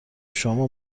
شما